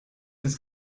das